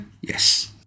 Yes